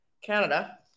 Canada